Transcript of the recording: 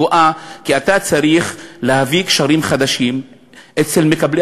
גואה כי אתה צריך להביא קשרים חדשים אצל מקבלי